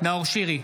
נאור שירי,